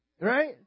Right